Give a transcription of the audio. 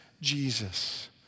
Jesus